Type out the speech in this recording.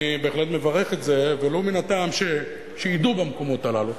אני בהחלט מברך על זה ולו מן הטעם שידעו במקומות הללו,